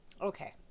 Okay